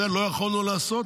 את זה לא יכולנו לעשות,